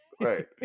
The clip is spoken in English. Right